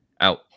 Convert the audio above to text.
Out